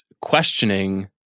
questioning